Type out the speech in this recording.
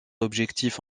objectif